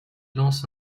lance